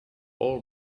all